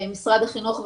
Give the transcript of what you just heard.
משרד החינוך וכו',